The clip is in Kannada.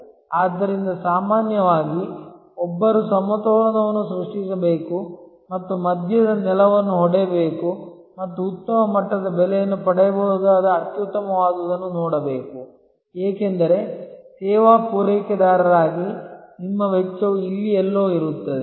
ಆದ್ದರಿಂದ ಸಾಮಾನ್ಯವಾಗಿ ಒಬ್ಬರು ಸಮತೋಲನವನ್ನು ಸೃಷ್ಟಿಸಬೇಕು ಮತ್ತು ಮಧ್ಯದ ನೆಲವನ್ನು ಹೊಡೆಯಬೇಕು ಮತ್ತು ಉತ್ತಮ ಮಟ್ಟದ ಬೆಲೆಯನ್ನು ಪಡೆಯಬಹುದಾದ ಅತ್ಯುತ್ತಮವಾದದನ್ನು ನೋಡಬೇಕು ಏಕೆಂದರೆ ಸೇವಾ ಪೂರೈಕೆದಾರರಾಗಿ ನಿಮ್ಮ ವೆಚ್ಚವು ಇಲ್ಲಿ ಎಲ್ಲೋ ಇರುತ್ತದೆ